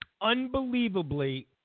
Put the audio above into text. unbelievably